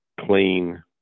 clean